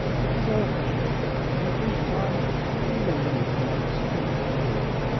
it is all finished. in a brief time you will leave my hospitable roof.